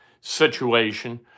situation